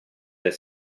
del